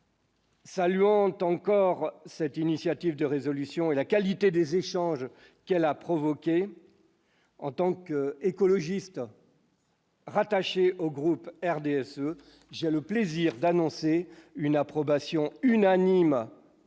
Saluons ont encore cette initiative de résolution et la qualité des échanges qu'elle a provoqué en tant qu'écologiste. Rattaché au groupe RDSE, j'ai le plaisir d'annoncer une approbation unanime